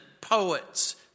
poets